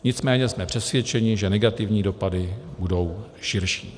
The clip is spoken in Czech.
Nicméně jsme přesvědčeni, že negativní dopady budou širší.